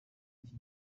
iki